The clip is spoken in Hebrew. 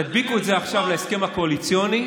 תדביקו אותו עכשיו להסכם הקואליציוני,